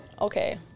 Okay